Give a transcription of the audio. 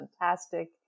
fantastic